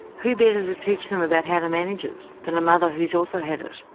who better to teach them about how to manage it than a mother who's also had it?